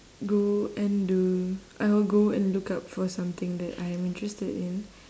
go and do I would go and look out for something that I am interested in